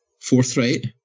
forthright